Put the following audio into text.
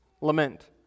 lament